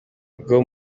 rwo